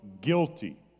guilty